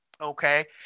Okay